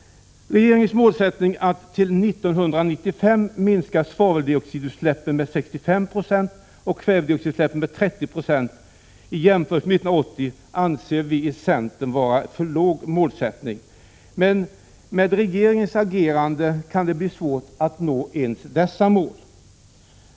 Regeringens målsättning att till 1995 minska svaveldioxidutsläppen med 65 90 och kvävedioxidutsläppen med 30 96 i jämförelse med 1980 anser vi i centern vara för låg. Men med regeringens agerande kan det bli svårt att nå ens detta mål.